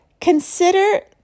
consider